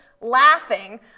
laughing